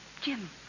Jim